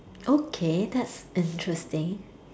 okay that's interesting